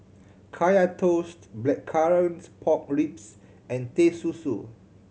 Kaya Toast blackcurrants pork ribs and Teh Susu